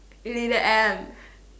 leader M